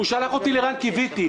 הוא שלח אותי לרן קיוויתי,